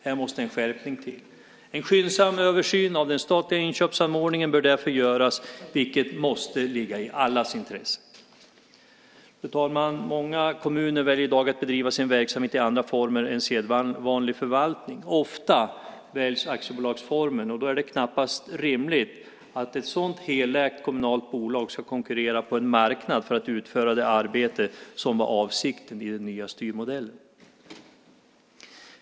Här måste en skärpning till. En skyndsam översyn av den statliga inköpsanordningen bör därför göras, vilket måste ligga i allas intresse. Fru talman! Många kommuner väljer i dag att bedriva sin verksamhet i andra former än sedvanlig förvaltning. Ofta väljs aktiebolagsformen, och då är det knappast rimligt att ett sådant helägt kommunalt bolag ska konkurrera på en marknad för att utföra det arbete som var avsikten i den nya styrmodellen.